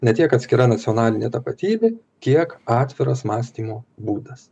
ne tiek atskira nacionalinė tapatybė kiek atviras mąstymo būdas